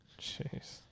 Jeez